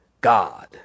God